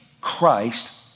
Christ